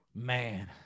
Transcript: Man